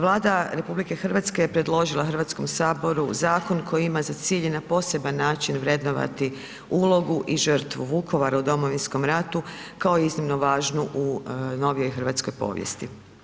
Vlada RH je predložila Hrvatskom saboru zakon koji ima za cilj i na poseban način vrednovati ulogu i žrtvu Vukovara u Domovinskom ratu kao iznimno važnu u novijoj hrvatskoj povijesti.